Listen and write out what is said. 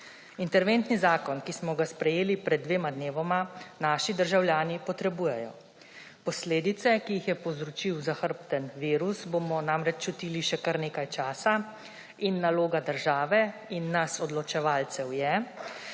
Interventni zakon, ki smo ga sprejeli pred dvema dnevoma, naši državljani potrebujejo. Posledice, ki jih je povzročil zahrbten virus, bomo namreč čutili še kar nekaj časa. Naloga države in nas odločevalcev je,